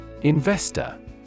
Investor